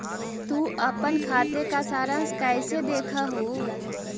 तु अपन खाते का सारांश कैइसे देखअ हू